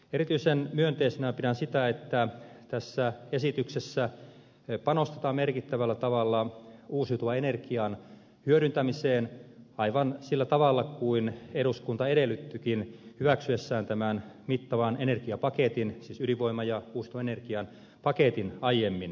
erityisen myönteisenä pidän sitä että tässä esityksessä panostetaan merkittävällä tavalla uusiutuvan energian hyödyntämiseen aivan sillä tavalla kuin eduskunta edellyttikin hyväksyessään tämän mittavan energiapaketin siis ydinvoiman ja uusiutuvan energian paketin aiemmin